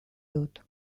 dut